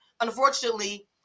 unfortunately